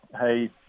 hey